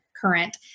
current